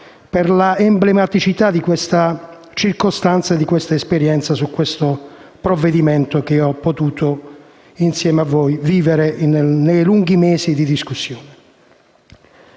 per la emblematicità di questa circostanza e di questa esperienza su questo provvedimento che, insieme a voi, ho potuto vivere nei lunghi mesi di discussione.